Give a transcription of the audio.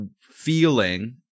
feeling